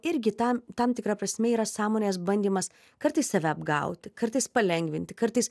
irgi tam tam tikra prasme yra sąmonės bandymas kartais save apgauti kartais palengvinti kartais